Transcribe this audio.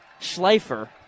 Schleifer